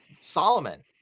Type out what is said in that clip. Solomon